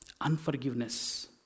Unforgiveness